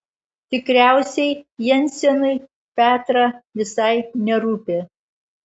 tikriausiai jensenui petrą visai nerūpi